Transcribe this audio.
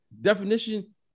definition